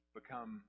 become